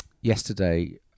yesterday